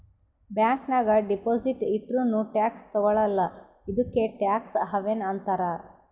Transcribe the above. bank ನಾಗ್ deposit ಇಟ್ಟುರ್ನೂ tax ತಗೊಳಲ್ಲ ಇದ್ದುಕೆ ಟ್ಯಾಕ್ಸ್ ಹವೆನ್ ಅಂತಾರ್